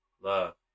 Love